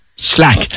slack